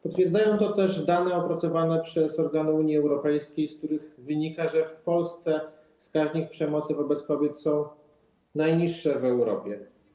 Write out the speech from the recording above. Potwierdzają to też dane opracowane przez organy Unii Europejskiej, z których wynika, że w Polsce wskaźniki przemocy wobec kobiet są najniższe w Europie.